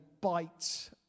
bite